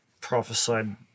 prophesied